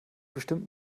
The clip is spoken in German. bestimmt